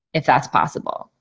if that's possible.